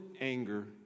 anger